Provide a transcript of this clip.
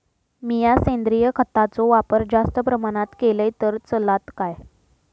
मीया सेंद्रिय खताचो वापर जास्त प्रमाणात केलय तर चलात काय?